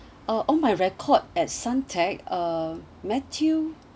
uh on my record at suntec uh matthew